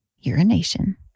urination